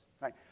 Right